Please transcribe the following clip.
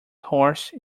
horse